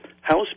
house